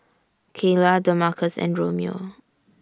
Kaylah Damarcus and Romeo